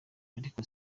ariko